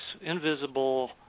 invisible